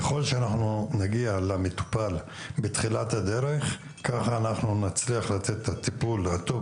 ככל שנגיע למטופל בתחילת הדרך כך נצליח לתת את הטיפול הטוב